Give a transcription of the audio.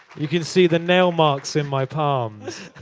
you can see the nail marks in my palms.